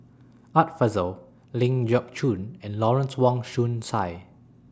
Art Fazil Ling Geok Choon and Lawrence Wong Shyun Tsai